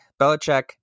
Belichick